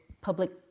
public